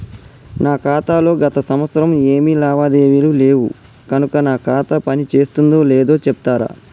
నా ఖాతా లో గత సంవత్సరం ఏమి లావాదేవీలు లేవు కనుక నా ఖాతా పని చేస్తుందో లేదో చెప్తరా?